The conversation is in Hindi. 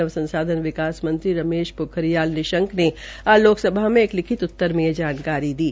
मानव संसाधन विकास मंत्री रमेश पोखरियाल निशंक ने आज लोकसभा में एक लिखित उतर में यह जानकारी दी